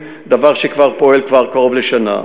דבר שפועל כבר קרוב לשנה.